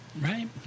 Right